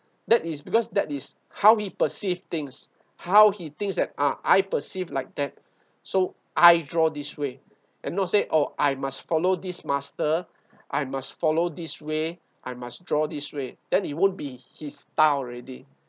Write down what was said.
that is because that is how we perceive things how he thinks that ah I perceived like that so I draw this way and not say or I must follow this master I must follow this way I must draw this way then it won't be his style already